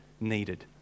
needed